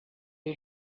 les